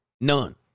none